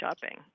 shopping